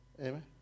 Amen